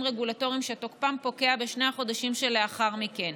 רגולטוריים שתוקפם פוקע בשני החודשים שלאחר מכן,